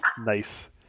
Nice